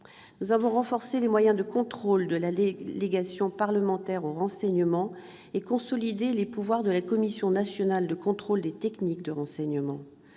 Nous avons renforcé les moyens de contrôle de la délégation parlementaire au renseignement et consolidé les pouvoirs de la Commission nationale de contrôle des techniques de renseignement.